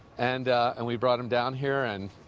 and and we brought them down here. and